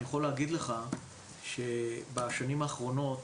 אני יכול לומר לך שבשנים האחרונות